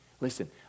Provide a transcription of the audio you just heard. Listen